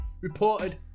Reported